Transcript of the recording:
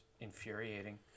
infuriating